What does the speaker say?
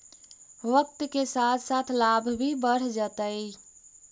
वक्त के साथ साथ लाभ भी बढ़ जतइ